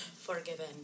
Forgiven